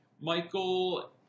Michael